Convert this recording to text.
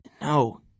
No